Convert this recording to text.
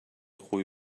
خوبی